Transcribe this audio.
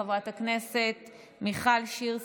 חברת הכנסת מיכל שיר סגמן,